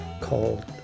called